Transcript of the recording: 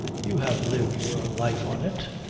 you have lived your life on it.